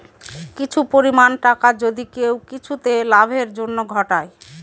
কিছু পরিমাণ টাকা যদি কেউ কিছুতে লাভের জন্য ঘটায়